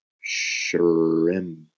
shrimp